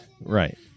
Right